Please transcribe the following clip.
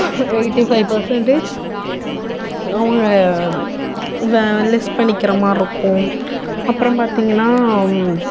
eighty five percentage அவங்க less பண்ணிக்கிற மாதிரி இருக்கும் அப்புறம் பார்த்தீங்கன்னா